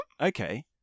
Okay